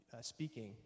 speaking